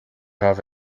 have